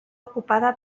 ocupada